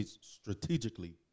strategically